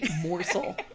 morsel